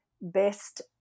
best